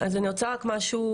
אז אני רוצה רק לציין משהו: